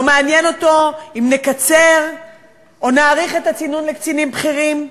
לא מעניין אותו אם נקצר או נאריך את הצינון לקצינים בכירים,